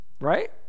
right